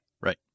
Right